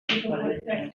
two